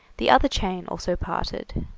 the other chain also parted.